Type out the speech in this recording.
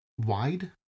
wide